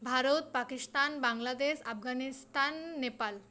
Bharat Pakistan Bangladesh Afghanistan Nepal